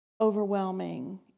overwhelming